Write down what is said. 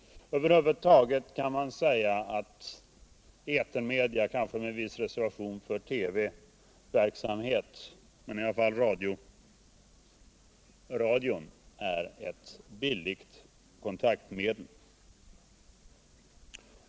Över huvud taget kan man säga att etermedia — med viss reservation för TV, men det gäller i alla fall radio — är billiga kontaktmedel.